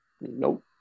Nope